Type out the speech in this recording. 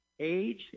age